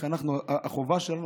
החובה שלנו,